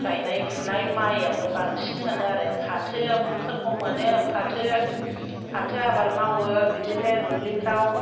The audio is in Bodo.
गायनाय फुनाय माइयावनो बांसिन मोनो आरो फाथोफोरखौ मोनो फाथो आबाद मावो बिदिनो दुब्लिफोराव